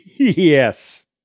Yes